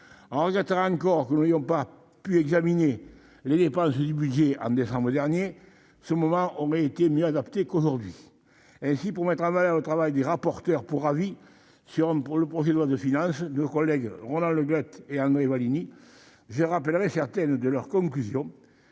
du budget en encore, nous n'aurions pas pu examiner les dépenses du budget en décembre dernier, ce moment on met était mieux adapté qu'aujourd'hui, si pour mettre en valeur le travail des rapporteurs pour avis qui le projet de loi de finances, nos collègues, on a le grec et André Vallini je rappellerai certaines de leurs conclusions